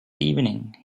evening